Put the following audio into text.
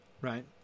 Right